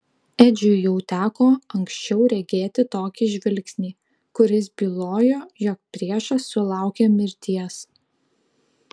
edžiui jau teko anksčiau regėti tokį žvilgsnį kuris bylojo jog priešas sulaukė mirties